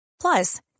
Plus